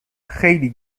خیلی